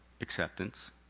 acceptance